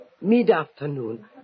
mid-afternoon